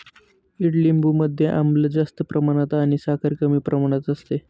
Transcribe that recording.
ईडलिंबू मध्ये आम्ल जास्त प्रमाणात आणि साखर कमी प्रमाणात असते